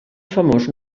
famós